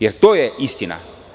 Jer, to je istina.